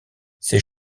ces